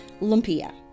lumpia